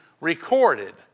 recorded